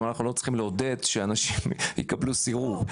גם אנחנו לא צריכים לעודד שאנשים יקבלו סיור,